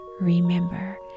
remember